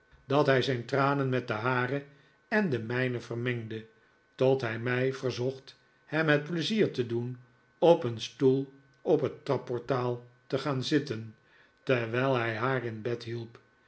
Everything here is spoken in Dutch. dat hij zijn tranen met de hare en de mijne vermengde tot hij mij verzocht hem het pleizier te doen op een stoel op het trapportaal te gaan zitten terwijl hij haar in bed hielp